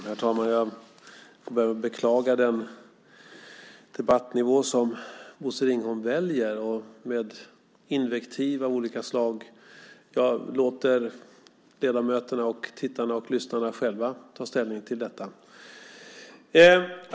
Herr talman! Jag får börja med att beklaga den debattnivå som Bosse Ringholm väljer med invektiv av olika slag. Jag låter ledamöterna, tittarna och lyssnarna själva ta ställning till detta.